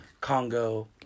Congo